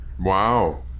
Wow